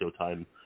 Showtime